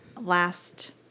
last